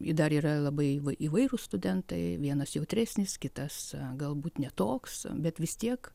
ir dar yra labai įvai įvairūs studentai vienas jautresnis kitas galbūt ne toks bet vis tiek